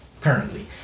currently